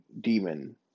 demon